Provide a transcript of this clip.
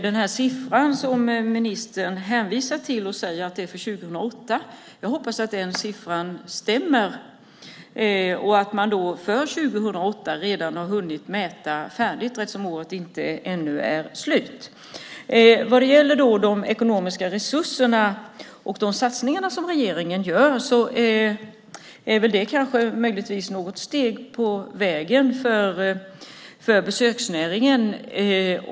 Den siffra som ministern hänvisar till och som hon säger gäller för år 2008 hoppas jag stämmer liksom att man för år 2008 redan mätt färdigt. Året är ju ännu inte slut. De ekonomiska resurserna och de satsningar som regeringen gör är möjligtvis något steg på vägen för besöksnäringen.